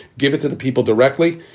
give it to the people directly.